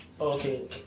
okay